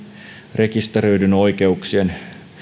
rekisteröidyn oikeuksien